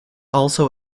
also